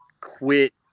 quit